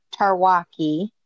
tarwaki